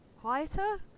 quieter